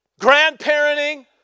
grandparenting